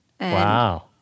Wow